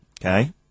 Okay